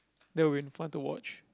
that would be fun to watch